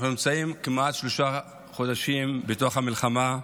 אנחנו נמצאים כמעט שלושה חודשים בתוך המלחמה,